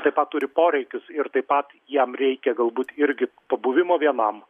taip pat turi poreikius ir taip pat jam reikia galbūt irgi pabuvimo vienam